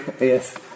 Yes